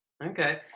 Okay